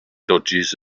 dodges